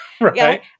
Right